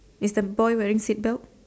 is the boy wearing seat belt